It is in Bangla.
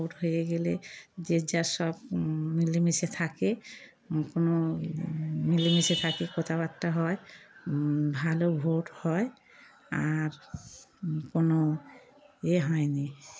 ভোট হয়ে গেলে যে যার সব মিলেমিশে থাকে কোনো মিলেমিশে থাকে কথাবার্তা হয় ভালো ভোট হয় আর কোনো ইয়ে হয়নি